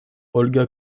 olga